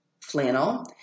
flannel